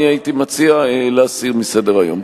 אני הייתי מציע להסיר מסדר-היום.